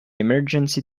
emergency